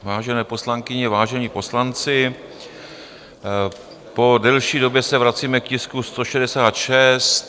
Vážené poslankyně, vážení poslanci, po delší době se vracíme k tisku 166.